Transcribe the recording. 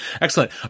Excellent